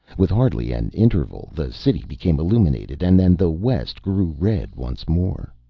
with hardly an interval the city became illuminated, and then the west grew red once more.